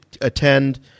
attend